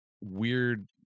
weird